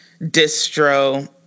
distro